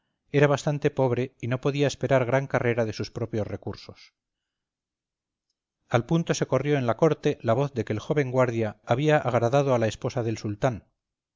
era bastante pobre y no podía esperar gran carrera de sus propios recursos al punto se corrió en la corte la voz de que el joven guardia había agradado a la esposa del sultán